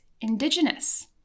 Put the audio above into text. indigenous